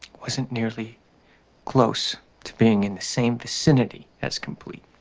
wasn't nearly close to being in the same vicinity as complete